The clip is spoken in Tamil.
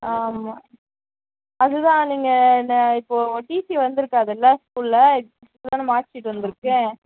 ஆமாம் அது தான் நீங்கள் இந்த இப்போ டீசி வந்துருக்காதுல ஸ்கூலில் இப்போ தானே மார்க் சீட் வந்துயிருக்கு